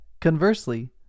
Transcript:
conversely